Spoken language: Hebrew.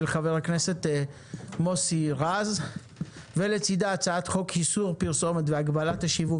של חבר הכנסת מוסי רז ולצידה הצעת חוק איסור פרסומת והגבלת השיווק